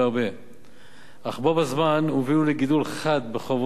אך בו בזמן הובילו לגידול חד בחובות של מדינות אלה,